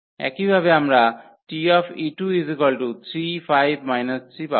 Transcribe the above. একইভাবে আমরা 𝑇 35−3 পাব